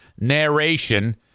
narration